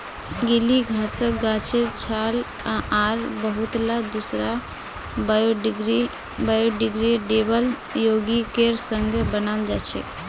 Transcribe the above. गीली घासक गाछेर छाल आर बहुतला दूसरा बायोडिग्रेडेबल यौगिकेर संग बनाल जा छेक